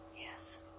Yes